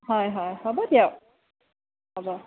হয় হয় হ'ব দিয়ক হ'ব